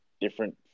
different